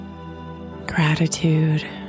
Gratitude